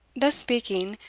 thus speaking,